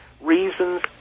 reasons